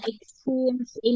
experience